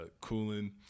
cooling